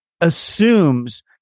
assumes